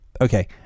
okay